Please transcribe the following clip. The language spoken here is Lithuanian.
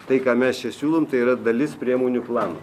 tai ką mes čia siūlom tai yra dalis priemonių plano